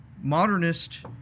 modernist